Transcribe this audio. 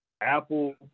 Apple